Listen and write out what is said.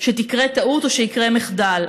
שתקרה טעות או שיקרה מחדל,